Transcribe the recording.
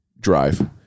drive